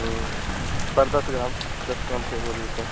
sir दस gram दस gram का एक भरी होता है